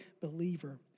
believer